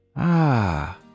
Ah